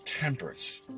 temperance